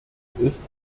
ist